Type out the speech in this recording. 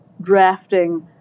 drafting